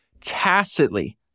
Tacitly